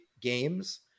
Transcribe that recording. games